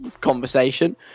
conversation